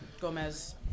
Gomez